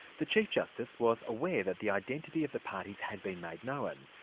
the chief justice was aware that the identity of the parties had been made known.